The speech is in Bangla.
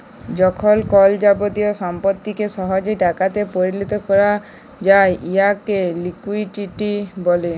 যখল কল যাবতীয় সম্পত্তিকে সহজে টাকাতে পরিলত ক্যরা যায় উয়াকে লিকুইডিটি ব্যলে